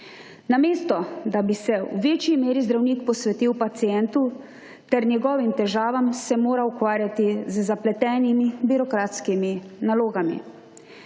Namesto da bi se v večji meri zdravnik posvetil pacientu ter njegovim težavam, se mora ukvarjati z zapletenimi birokratskimi nalogami.